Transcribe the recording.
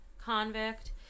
convict